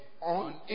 on